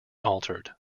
altered